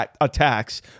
attacks